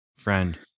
friend